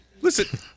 Listen